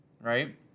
Right